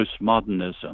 postmodernism